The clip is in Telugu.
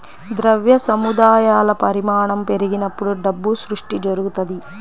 ద్రవ్య సముదాయాల పరిమాణం పెరిగినప్పుడు డబ్బు సృష్టి జరుగుతది